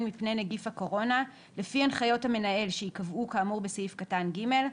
מפני נגיף הקורונה לפי הנחיות המנהל שייקבעו כאמור בסעיף קטן (ג),